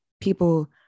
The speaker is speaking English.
people